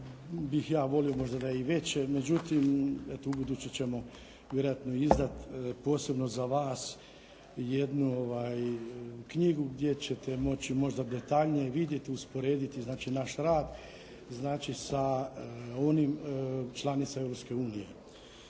bih ja volio možda da je i veće, međutim, u buduće ćemo vjerojatno i izdati posebno za vas jednu knjigu gdje ćete moći možda detaljnije vidjeti, usporediti znači naš rad, znači sa onim članicama